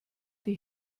die